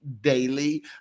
daily